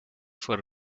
for